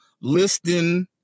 listing